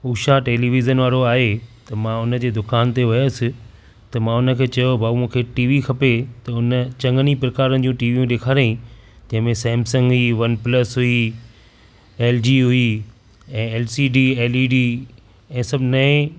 Usha television वारो आहे त मां हुन जी दुकान ते वियुसि त मां हुन खे चयो भाऊ मूंखे टीवी खपे त हुन चङनि ई प्रकार जी टीवियूं ॾिखारईं तंहिंमें सैमसंग हुई वन प्लस हुई एल जी हुई ऐं L C D L E D ऐं सभु नए